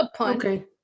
okay